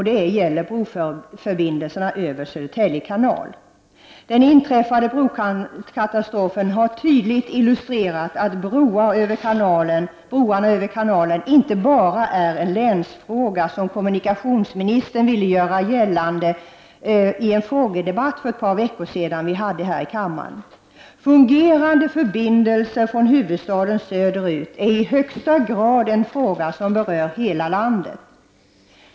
Det gäller broförbindelserna över Södertälje kanal. Den inträffade brokatastrofen har tydligt illustrerat att broarna över kanalen inte bara är en länsfråga, som kommunikationsministern ville göra gällande i en frågedebatt som vi hade här i kammaren för ett par veckor sedan. Fungerande förbindelser från huvudstaden och söderut är i högsta grad en fråga som berör hela landet.